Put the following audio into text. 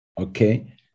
Okay